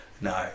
No